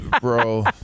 bro